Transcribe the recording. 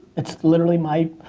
it's literally my,